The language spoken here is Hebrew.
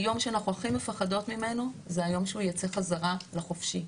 'היום שאנחנו הכי מפחדות ממנו זה היום שהוא ייצא חזרה לחופשי'.